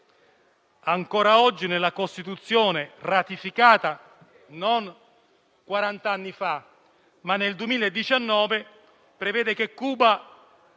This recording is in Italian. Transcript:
Ancora oggi la Costituzione, ratificata non quarant'anni fa ma nel 2019, prevede che Cuba